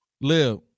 Live